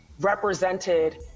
represented